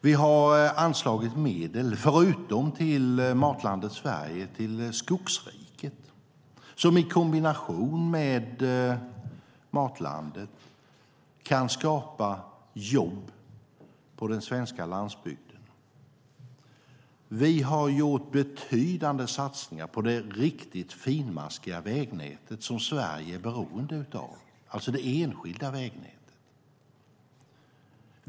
Vi har anslagit medel förutom till Matlandet Sverige också till Skogsriket, som i kombination med Matlandet kan skapa jobb på den svenska landsbygden. Vi har gjort betydande satsningar på det riktigt finmaskiga vägnätet som Sverige är beroende av, alltså det enskilda vägnätet.